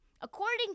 According